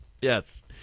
Yes